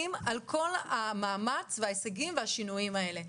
מברכים על כל המאמץ, ההישגים והשינויים האלה.